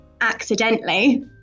accidentally